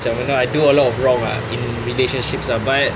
macam you know I do a lot of wrong ah in relationships ah but